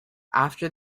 after